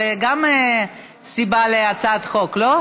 טוב, אלעזר שטרן, זו גם סיבה להצעת חוק, לא?